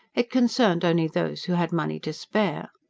it concerned only those who had money to spare.